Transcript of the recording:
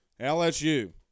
LSU